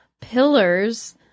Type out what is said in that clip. pillars